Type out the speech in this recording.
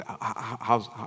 How's